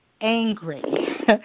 angry